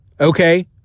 Okay